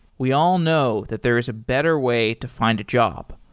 we all know that there is a better way to find a job.